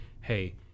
hey